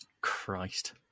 Christ